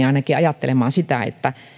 ainakin itseni ajattelemaan sitä että